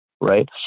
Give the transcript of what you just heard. right